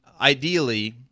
ideally